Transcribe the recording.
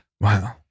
Wow